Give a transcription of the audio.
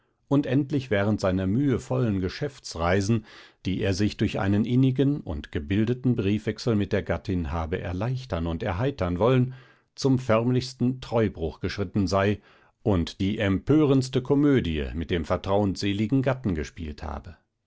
und endlich während seiner mühevollen geschäftsreisen die er sich durch einen innigen und gebildeten briefwechsel mit der gattin habe erleichtern und erheitern wollen zum förmlichsten treubruch geschritten sei und die empörendste komödie mit dem vertrauensseligen gatten gespielt habe